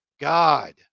God